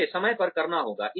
इसे समय पर करना होगा